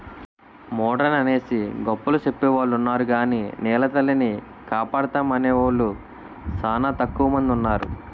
modern అనేసి గొప్పలు సెప్పెవొలున్నారు గాని నెలతల్లిని కాపాడుతామనేవూలు సానా తక్కువ మందున్నారు